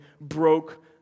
broke